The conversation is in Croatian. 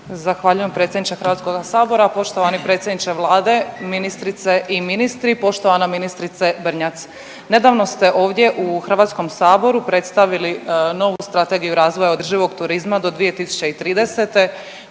Zahvaljujem predsjedniče HS-a, poštovani predsjedniče Vlade, ministrice i ministri. Poštovana ministrice Brnjac. Nedavno ste ovdje u HS-u predstavili novu Strategiju razvoja održivog turizma do 2030.